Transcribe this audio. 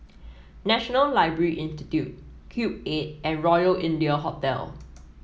National Library Institute Cube Eight and Royal India Hotel